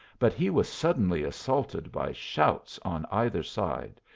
but he was suddenly assaulted by shouts on either side,